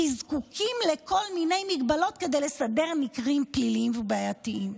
כי זקוקים לכל מיני מגבלות כדי לסדר מקרים פליליים ובעייתיים.